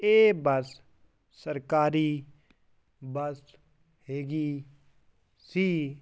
ਇਹ ਬੱਸ ਸਰਕਾਰੀ ਬੱਸ ਹੈਗੀ ਸੀ